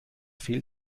fehlt